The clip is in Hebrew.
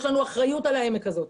יש לנו אחריות על העמק הזה,